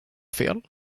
fel